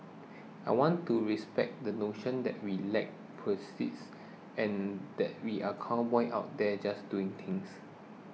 I want to respect the notion that we lack proceeds and that we are cowboys out there just doing things